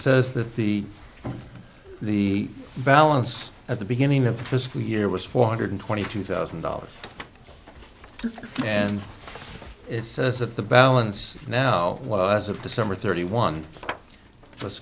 says that the the balance at the beginning of the fiscal year was four hundred twenty two thousand dollars and it says of the balance now well as of december thirty one for